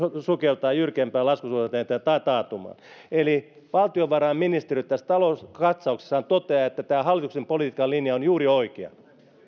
sukeltaa jyrkempään laskusuhdanteeseen tai taantumaan eli valtiovarainministeriö tässä talouskatsauksessaan toteaa että tämä hallituksen poliittinen linja on juuri oikea